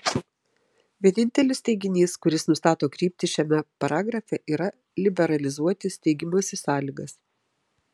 vienintelis teiginys kuris nustato kryptį šiame paragrafe yra liberalizuoti steigimosi sąlygas